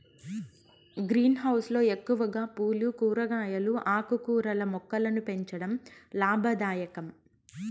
green house లో ఎక్కువగా పూలు, కూరగాయలు, ఆకుకూరల మొక్కలను పెంచడం లాభదాయకం